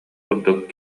курдук